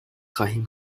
خواهیم